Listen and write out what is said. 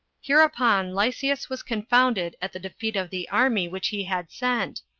hereupon lysias was confounded at the defeat of the army which he had sent,